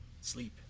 sleep